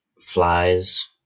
flies